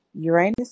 Uranus